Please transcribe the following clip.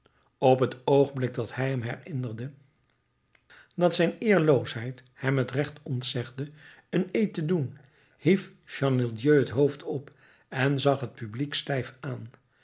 op t oogenblik dat hij hem herinnerde dat zijn eerloosheid hem het recht ontzegde een eed te doen hief chenildieu het hoofd op en zag het publiek stijf aan